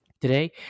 Today